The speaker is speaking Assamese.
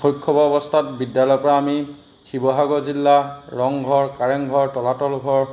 শৈশৱ অৱস্থাত বিদ্যালয়ৰপৰা আমি শিৱসাগৰ জিলা ৰংঘৰ কাৰেংঘৰ তলাতল ঘৰ